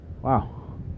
wow